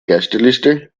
gästeliste